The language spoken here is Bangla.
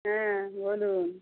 হ্যাঁ বলুন